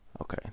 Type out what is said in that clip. Okay